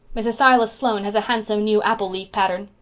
mrs. silas sloane has a handsome new apple-leaf pattern.